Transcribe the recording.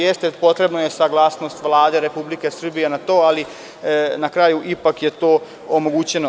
Jeste, potrebna je saglasnost Vlade Republike Srbije za to, ali na kraju ipak je to omogućeno.